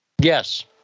Yes